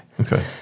Okay